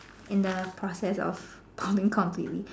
in the process of balding completely